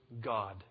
God